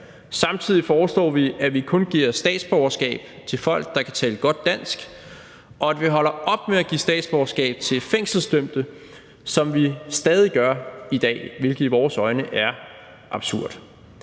Samtidig foreslår vi, at vi kun giver statsborgerskab til folk, der kan tale godt dansk, og at vi holder op med at give statsborgerskab til fængselsdømte, som vi stadig gør i dag, hvilket i vores øjne er absurd.